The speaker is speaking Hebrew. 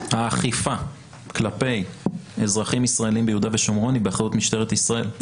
האכיפה כלפי אזרחים ישראלים ביהודה ושומרון היא באחריות משטרת ישראל,